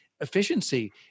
efficiency